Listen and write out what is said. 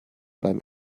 beim